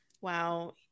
wow